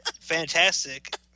fantastic